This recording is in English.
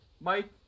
Mike